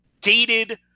dated